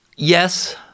Yes